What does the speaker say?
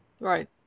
Right